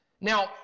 Now